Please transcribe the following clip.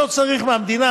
שלא צריך מהמדינה,